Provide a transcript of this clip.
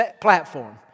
platform